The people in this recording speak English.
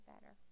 better